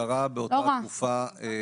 לא רע,